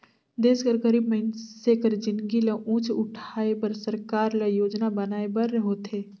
देस कर गरीब मइनसे कर जिनगी ल ऊंच उठाए बर सरकार ल योजना बनाए बर होथे